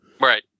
Right